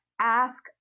Ask